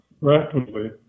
rapidly